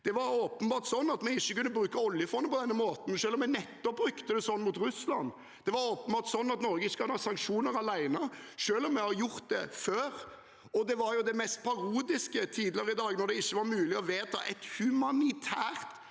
Det var åpenbart sånn at vi ikke ville bruke oljefondet på denne måten, selv om vi nettopp brukte det sånn mot Russland. Det var åpenbart sånn at Norge ikke kan ha sanksjoner alene, selv om vi har hatt det før. Det var det mest parodiske tidligere i dag da det ikke var mulig å vedta et humanitært